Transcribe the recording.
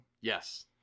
Yes